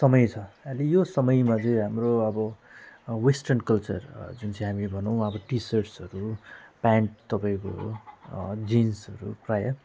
समय छ अहिले यो समयमा चाहिँ हाम्रो अब वेस्टर्न कल्चर जुन चाहिँ हामी भनौँ अब टी सर्टसहरू प्यान्ट तपाईँको जिन्सहरू प्रायः